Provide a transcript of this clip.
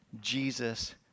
Jesus